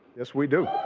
yes, we do.